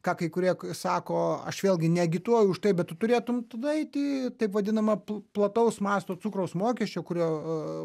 ką kai kurie sako aš vėlgi neagituoju už tai bet tu turėtum tada eiti taip vadinamą plataus masto cukraus mokesčio kurio